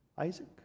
Isaac